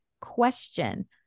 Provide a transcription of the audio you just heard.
question